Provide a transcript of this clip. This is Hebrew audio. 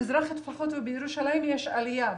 במזרחי טפחות ובירושלים יש עלייה,